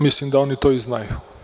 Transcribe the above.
Mislim da oni to znaju.